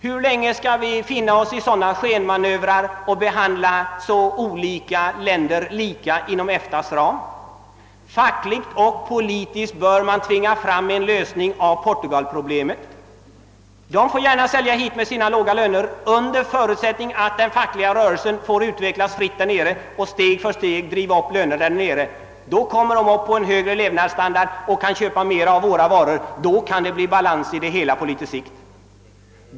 Hur länge skall vi finna oss i sådana skenmanövrer som förekommer och behandla så olika länder på likartat sätt inom EFTA:s ram? Fackligt och politiskt bör man tvinga fram en lösning av portugalproblemet. Portugiserna får gärna sälja hit redan med de låga löner de har nu under förutsättning att den fackliga rörelsen får utvecklas fritt och steg för steg driva upp lönerna. Då får folket en högre levnadsstandard och kan köpa mer av våra varor — då kan balans uppnås på litet sikt.